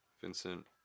Vincent